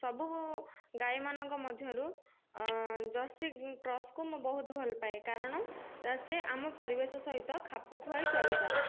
ସବୁ ଗାଈମାନଙ୍କ ମଧ୍ୟରୁ ଜର୍ସି କ୍ରସ୍କୁ ମୁଁ ବହୁତ ଭଲ ପାଏ କାରଣ ସେ ଆମ ପରିବେଶ ସହିତ ସେ ଖାପ ଖୁଆଇ ଚଳିପାରେ